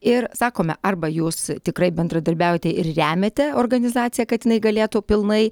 ir sakome arba jūs tikrai bendradarbiaujate ir remiate organizaciją kad jinai galėtų pilnai